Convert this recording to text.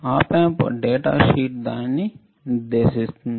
ఆప్ amp data sheet దానిని నిర్దేశిస్తుంది